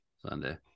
Sunday